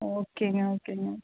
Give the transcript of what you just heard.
ஓகேங்க ஓகேங்க